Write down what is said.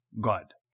God